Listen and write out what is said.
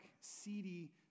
seedy